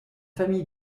famille